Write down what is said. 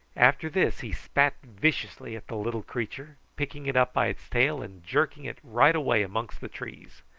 after this he spat viciously at the little creature, picking it up by its tail and jerking it right away amongst the trees.